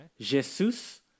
Jesus